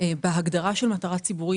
בהגדרה של מטרה ציבורית,